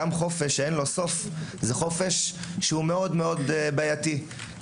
גם חופש שאין לו סוף הוא בעייתי מאוד